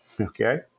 okay